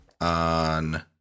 on